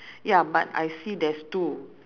ya but I see there's two